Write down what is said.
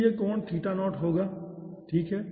तो वह कोण थीटा0 होगा ठीक है